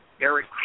eric